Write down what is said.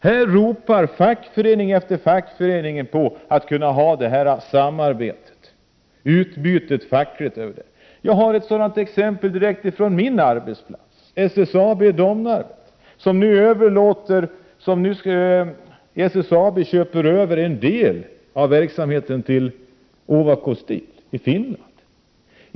Här ropar fackförening efter fackförening på möjligheter att bedriva ett fackligt samarbete över gränserna. Jag har ett sådant exempel från min arbetsplats, SSAB, Domnarvet. SSAB köper nu över en del av verksamheten vid Ovako Steel i Finland.